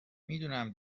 میدونم